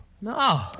No